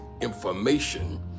information